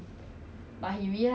should've ask him to sign on